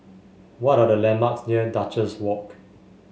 what are the landmarks near Duchess Walk